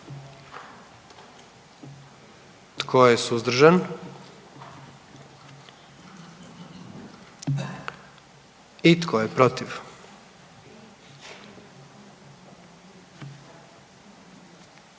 Tko je suzdržan? I tko je protiv?